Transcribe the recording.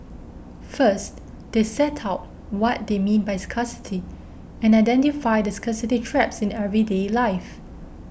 first they set out what they mean by scarcity and identify the scarcity traps in everyday life